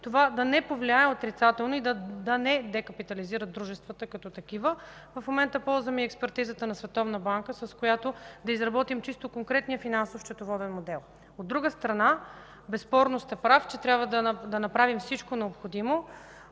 това да не повлияе отрицателно и да не дакапитализира дружествата. В момента ползваме експертизата на Световната банка, с която да изработим конкретния финансово-счетоводен модел. От друга страна, безспорно сте прав, че трябва да направим всичко необходимо,